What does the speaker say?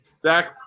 Zach